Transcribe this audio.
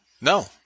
No